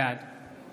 בעד